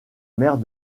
maires